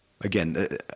Again